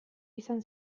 izan